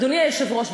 אדוני היושב-ראש,